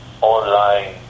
online